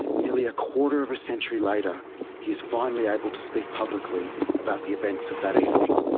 nearly a quarter of a century later he's finally able to speak publicly about the events of that evening.